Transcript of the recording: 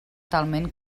talment